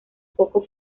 poco